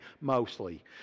mostly